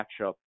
matchup